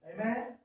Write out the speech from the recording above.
Amen